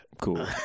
cool